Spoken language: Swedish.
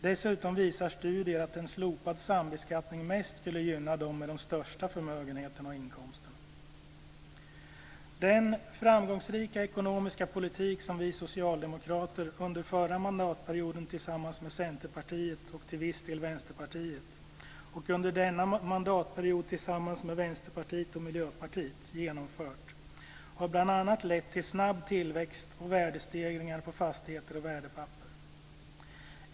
Dessutom visar studier att en slopad sambeskattning mest skulle gynna dem med de största förmögenheterna och inkomsterna. Den framgångsrika ekonomiska politik som vi socialdemokrater genomfört, under förra mandatperioden tillsammans med Centerpartiet och till viss del Vänsterpartiet och under denna mandatperiod tillsammans med Vänsterpartiet och Miljöpartiet, har bl.a. lett till en snabb tillväxt och värdestegringar på fastigheter och värdepapper.